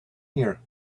here